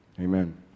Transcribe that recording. Amen